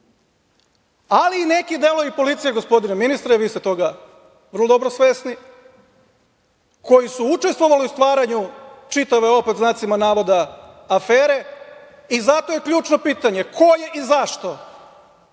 ali i neki delovi policije, gospodine ministre, vi ste toga vrlo dobro svesni, koji su učestvovali u stvaranju čitave ove pod znacima navoda afere. Zato je ključno pitanje - ko je i zašto